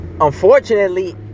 Unfortunately